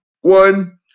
one